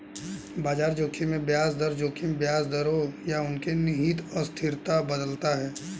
बाजार जोखिम में ब्याज दर जोखिम ब्याज दरों या उनके निहित अस्थिरता बदलता है